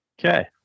Okay